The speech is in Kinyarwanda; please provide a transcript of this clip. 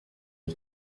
ati